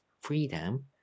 freedom